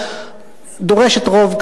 דורשת רוב,